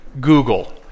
Google